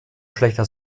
schlechter